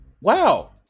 Wow